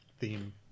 theme